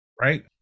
right